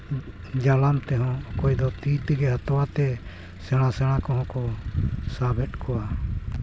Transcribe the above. ᱡᱟᱞᱟᱢ ᱛᱮᱦᱚᱸ ᱚᱠᱚᱭ ᱫᱚ ᱛᱤ ᱛᱮᱜᱮ ᱦᱟᱛᱣᱟᱛᱮ ᱥᱮᱬᱟ ᱥᱮᱬᱟ ᱠᱚᱦᱚᱸ ᱠᱚ ᱥᱟᱵᱮᱫ ᱠᱚᱣᱟ